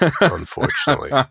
unfortunately